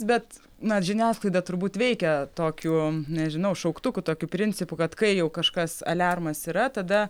bet na žiniasklaida turbūt veikia tokiu nežinau šauktukų tokiu principu kad kai jau kažkas aliarmas yra tada